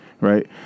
Right